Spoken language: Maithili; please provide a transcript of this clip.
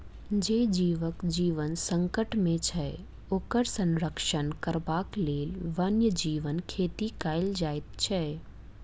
जे जीवक जीवन संकट मे छै, ओकर संरक्षण करबाक लेल वन्य जीव खेती कयल जाइत छै